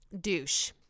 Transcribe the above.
douche